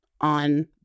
on